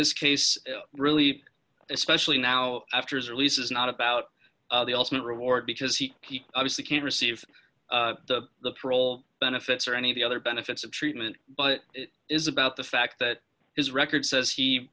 this case really especially now after his release is not about the ultimate reward because he keeps obviously can't receive the parole benefits or any of the other benefits of treatment but it is about the fact that his record says he